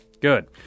Good